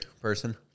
person